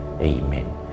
Amen